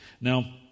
Now